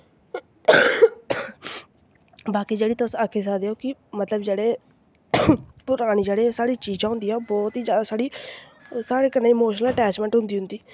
बाकी तुस आक्खी सकदे ओ कि जेह्ड़ी मतलब परानी जेह्की चीज़ां होंदियां हां ओह् बौह्त ही साढ़ी साढ़े कन्नै इमोशनल अटैचमैंट होंदी उं'दी